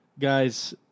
guys